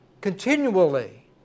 continually